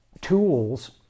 tools